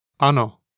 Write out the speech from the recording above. ano